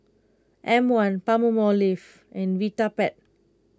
M one Palmolive and Vitapet